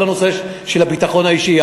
כל הנושא של הביטחון האישי,